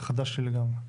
זה חדש לי לגמרי.